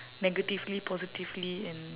negatively positively and